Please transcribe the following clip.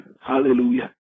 Hallelujah